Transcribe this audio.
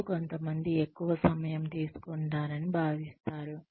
మరియు కొంతమంది ఎక్కువ సమయం తీసుకుంటారని భావిస్తారు